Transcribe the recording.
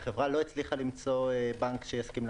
החברה לא הצליחה למצוא בנק שהסכים,